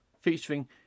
featuring